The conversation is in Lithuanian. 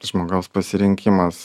žmogaus pasirinkimas